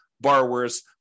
borrowers